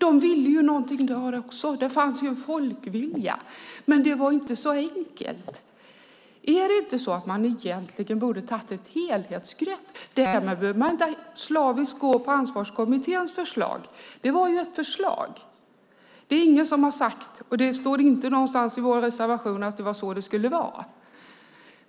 De ville någonting där också. Det fanns en folkvilja, men det var inte så enkelt. Är det inte så att man egentligen borde ha tagit ett helhetsgrepp? Man behöver inte gå slaviskt på Ansvarskommitténs förslag. Det var ett förslag. Det är ingen som har sagt - och det står ingenstans i vår reservation - att det var så det skulle vara.